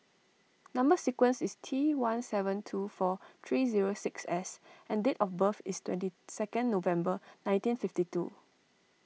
Number Sequence is T one seven two four three zero six S and date of birth is twenty second November nineteen fifty two